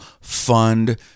fund